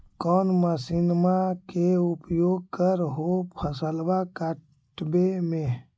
कौन मसिंनमा के उपयोग कर हो फसलबा काटबे में?